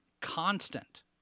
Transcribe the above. constant